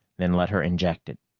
then let her inject it.